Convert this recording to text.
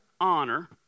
honor